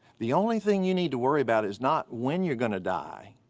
the only thing you need to worry about is not when you're gonna die,